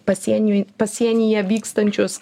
pasieniu pasienyje vykstančius